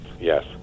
yes